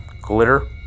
Glitter